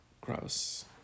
gross